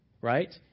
right